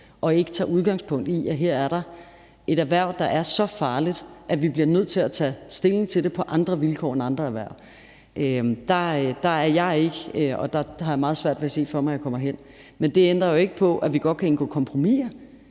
og ikke tager udgangspunkt i, at det er et erhverv, der er så farligt, at vi bliver nødt til at tage stilling til det på andre vilkår end andre erhverv, er jeg ikke for, og jeg har meget svært ved at se for mig, at jeg skulle blive det. Men det ændrer jo ikke på, at vi godt kan indgå kompromiser,